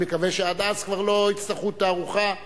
אני מקווה שעד אז כבר לא יצטרכו תערוכה,